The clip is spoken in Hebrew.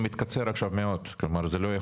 לפעמים אפילו צילום מסמך זה יכול לעזור.